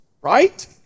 right